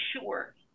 sure